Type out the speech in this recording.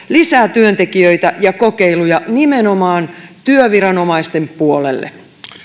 lisää työntekijöitä ja kokeiluja nimenomaan työviranomaisten puolelle